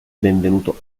benvenuto